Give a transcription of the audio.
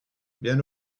bien